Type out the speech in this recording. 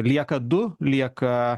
lieka du lieka